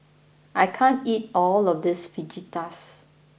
I can't eat all of this Fajitas